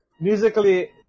musically